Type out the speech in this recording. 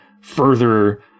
further